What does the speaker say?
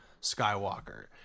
Skywalker